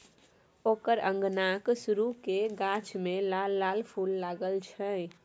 ओकर अंगनाक सुरू क गाछ मे लाल लाल फूल लागल छै